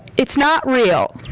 it's not real.